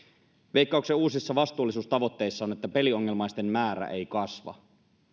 veikkauksen uusissa vastuullisuustavoitteissa on että peliongelmaisten määrä ei kasva